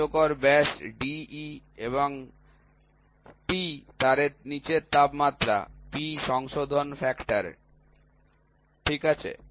কার্যকর ব্যাস De এবং T তারের নীচের মাত্রা এবং P সংশোধন ফ্যাক্টর ঠিক আছে